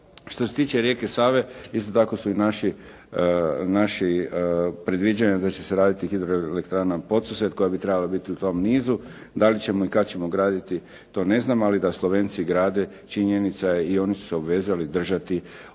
Što se tiče rijeke Save isto tako su i naši, naši predviđanja da će se raditi hidroelektrana Podsused koja bi trebala biti u tom nizu. Da li ćemo i kad ćemo graditi to ne znamo, ali da Slovenci grade činjenica je i oni su se obvezali držati onog,